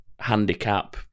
handicap